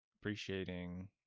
appreciating